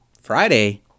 friday